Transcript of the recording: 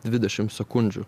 dvidešim sekundžių